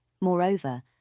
Moreover